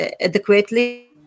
adequately